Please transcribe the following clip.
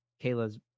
Kayla's